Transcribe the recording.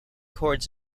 chords